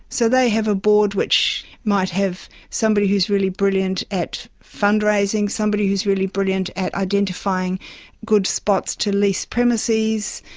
so they have a board which might have somebody who is really brilliant at fundraising, someone who is really brilliant at identifying good spots to lease premises,